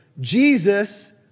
Jesus